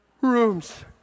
rooms